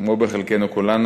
כמו בחלקנו כולנו,